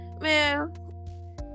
Man